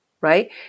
right